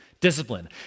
discipline